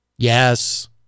Yes